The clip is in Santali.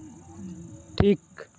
ᱴᱷᱤᱠ